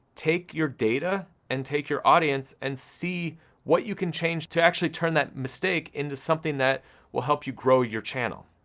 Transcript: take your data, and take your audience, and see what you can change, to actually turn that mistake into something that will help you grow your channel.